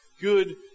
good